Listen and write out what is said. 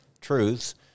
truths